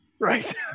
right